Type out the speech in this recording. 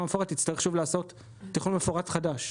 המפורט תצטרך שוב לעשות תכנון מפורט חדש.